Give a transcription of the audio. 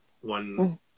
one